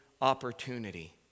opportunity